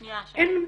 שתיים -- נעמה,